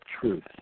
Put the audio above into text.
truth